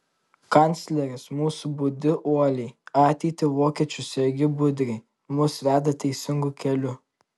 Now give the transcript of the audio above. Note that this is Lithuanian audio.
kancleris mūsų budi uoliai ateitį vokiečių sergi budriai mus veda teisingu keliu